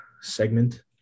segment